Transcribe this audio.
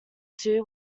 too